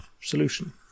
solution